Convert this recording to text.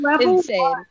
insane